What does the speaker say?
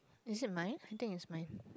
is it mine I think it's mine